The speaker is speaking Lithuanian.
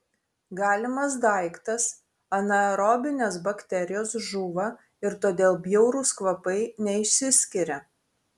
galimas daiktas anaerobinės bakterijos žūva ir todėl bjaurūs kvapai neišsiskiria